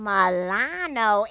Milano